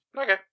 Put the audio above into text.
Okay